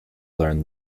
learn